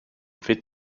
fit